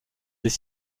des